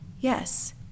Yes